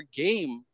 game